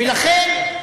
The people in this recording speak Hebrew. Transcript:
ולכן,